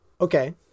Okay